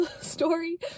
story